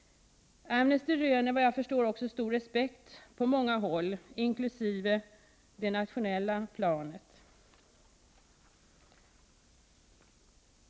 Amnesty röner också stor respekt på många håll, inkl. det nationella planet.